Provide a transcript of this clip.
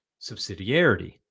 subsidiarity